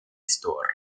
store